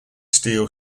steel